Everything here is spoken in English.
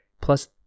Plus